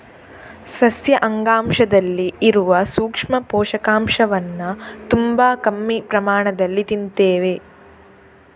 ಸಸ್ಯ ಅಂಗಾಂಶದಲ್ಲಿ ಇರುವ ಸೂಕ್ಷ್ಮ ಪೋಷಕಾಂಶವನ್ನ ತುಂಬಾ ಕಮ್ಮಿ ಪ್ರಮಾಣದಲ್ಲಿ ತಿಂತೇವೆ